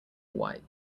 white